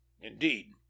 indeed